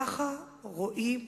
ככה רואים